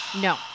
No